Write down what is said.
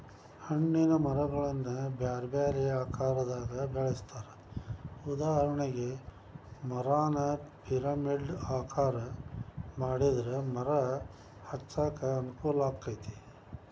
ಹಣ್ಣಿನ ಮರಗಳನ್ನ ಬ್ಯಾರ್ಬ್ಯಾರೇ ಆಕಾರದಾಗ ಬೆಳೆಸ್ತಾರ, ಉದಾಹರಣೆಗೆ, ಮರಾನ ಪಿರಮಿಡ್ ಆಕಾರ ಮಾಡಿದ್ರ ಮರ ಹಚ್ಚಾಕ ಅನುಕೂಲಾಕ್ಕೆತಿ